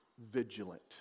vigilant